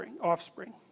offspring